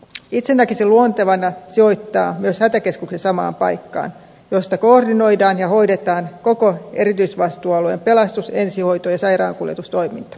itse näkisin luontevana sijoittaa myös hätäkeskuksen samaan paikkaan josta koordinoidaan ja hoidetaan koko erityisvastuualueen pelastus ensihoito ja sairaankuljetustoiminta